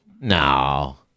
No